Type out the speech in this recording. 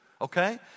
okay